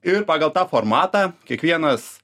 ir pagal tą formatą kiekvienas